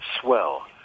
swell